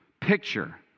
picture